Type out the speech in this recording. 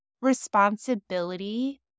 responsibility